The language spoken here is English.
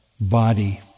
body